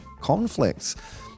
conflicts